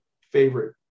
Favorite